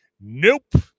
Nope